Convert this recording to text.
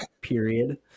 period